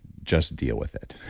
just deal with it.